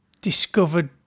discovered